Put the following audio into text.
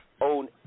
own